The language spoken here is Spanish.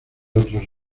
otros